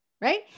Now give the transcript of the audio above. right